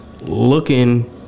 looking